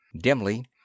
Dimly